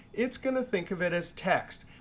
it's going to think of it as text.